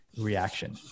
reaction